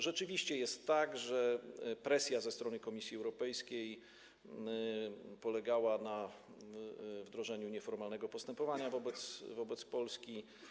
Rzeczywiście jest tak, że presja ze strony Komisji Europejskiej polegała na wdrożeniu nieformalnego postępowania wobec Polski.